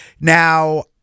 now